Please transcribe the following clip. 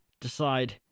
decide